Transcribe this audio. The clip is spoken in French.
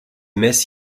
messes